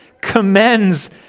commends